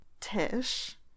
Tish